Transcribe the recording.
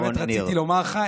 באמת רציתי לומר לך,